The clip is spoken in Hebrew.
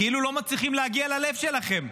כאילו לא מצליחים להגיע ללב שלכם.